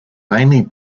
mainly